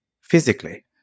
physically